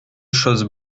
choses